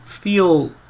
feel